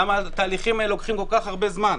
למה התהליכים האלה לוקחים כל כך הרבה זמן?